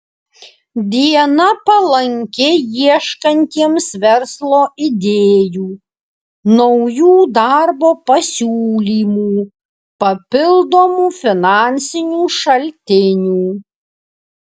diena palanki ieškantiems verslo idėjų naujų darbo pasiūlymų papildomų finansinių šaltinių